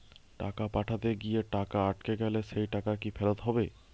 টাকা পাঠাতে গিয়ে টাকা আটকে গেলে সেই টাকা কি ফেরত হবে?